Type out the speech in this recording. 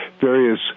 various